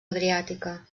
adriàtica